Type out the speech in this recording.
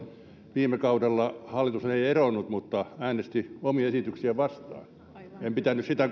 viime kaudella hallitus ei eronnut mutta äänesti omia esityksiään vastaan en pitänyt sitä